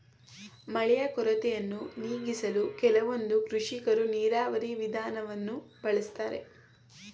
ಮಳೆಯ ಕೊರತೆಯನ್ನು ನೀಗಿಸಲು ಕೆಲವೊಂದು ಕೃಷಿಕರು ನೀರಾವರಿ ವಿಧಾನವನ್ನು ಬಳಸ್ತಾರೆ